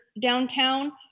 downtown